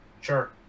Sure